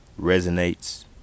resonates